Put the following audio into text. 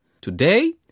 Today